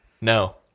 No